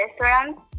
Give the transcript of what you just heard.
restaurants